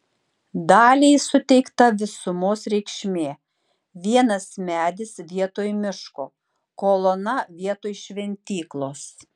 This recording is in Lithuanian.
daliai suteikta visumos reikšmė vienas medis vietoj miško kolona vietoj šventyklos